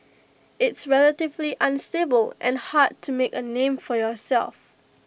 it's relatively unstable and hard to make A name for yourself